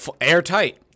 Airtight